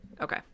okay